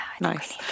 nice